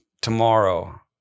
tomorrow